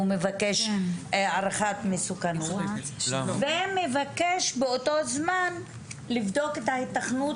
הוא מבקש הערכת מסוכנות ומבקש באותו זמן לבדוק את ההיתכנות